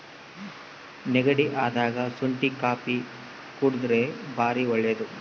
ನೆಗಡಿ ಅದಾಗ ಶುಂಟಿ ಕಾಪಿ ಕುಡರ್ದೆ ಬಾರಿ ಒಳ್ಳೆದು